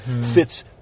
fits